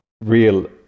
real